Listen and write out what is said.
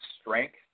strength